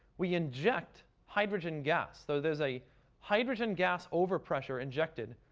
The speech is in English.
we inject hydrogen gas. so there's a hydrogen gas overpressure injected.